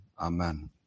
amen